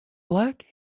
black